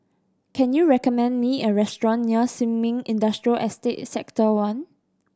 can you recommend me a restaurant near Sin Ming Industrial Estate Sector One